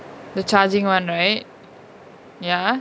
the charging one right ya